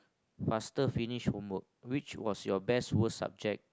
faster finish homework which was your best worst subject